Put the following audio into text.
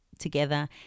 together